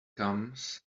comes